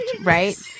right